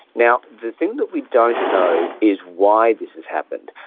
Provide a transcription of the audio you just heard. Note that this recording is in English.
now, the thing that we don't know is why this has happened.